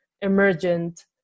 emergent